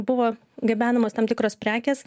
buvo gabenamos tam tikros prekės